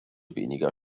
weniger